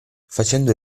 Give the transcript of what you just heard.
facendo